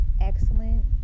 excellent